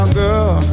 girl